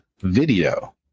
video